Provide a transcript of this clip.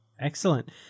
Excellent